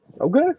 Okay